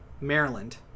Maryland